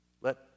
let